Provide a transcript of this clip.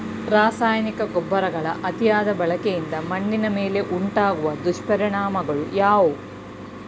ರಾಸಾಯನಿಕ ಗೊಬ್ಬರಗಳ ಅತಿಯಾದ ಬಳಕೆಯಿಂದ ಮಣ್ಣಿನ ಮೇಲೆ ಉಂಟಾಗುವ ದುಷ್ಪರಿಣಾಮಗಳು ಯಾವುವು?